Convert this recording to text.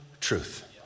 truth